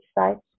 sites